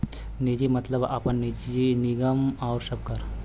निजी मतलब आपन, निगम आउर सबकर